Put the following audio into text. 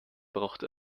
braucht